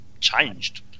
changed